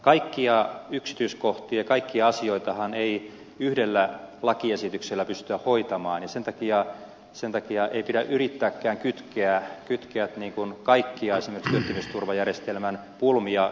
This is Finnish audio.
kaikkia yksityiskohtia kaikkia asioitahan ei yhdellä lakiesityksellä pystytä hoitamaan ja sen takia ei pidä yrittääkään kytkeä esimerkiksi kaikkia työttömyysturvajärjestelmän pulmia yhteen lakiesitykseen